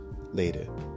later